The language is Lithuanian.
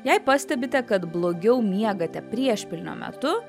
jei pastebite kad blogiau miegate priešpilnio metu